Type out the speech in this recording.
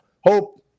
hope